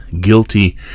guilty